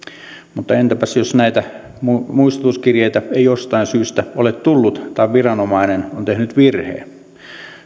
mutta entäpäs jos näitä muistutuskirjeitä ei jostain syystä ole tullut tai viranomainen on tehnyt virheen